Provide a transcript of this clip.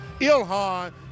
Ilhan